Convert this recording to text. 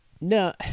No